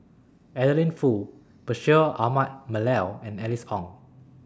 Adeline Foo Bashir Ahmad Mallal and Alice Ong